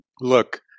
look